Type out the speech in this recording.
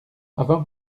avant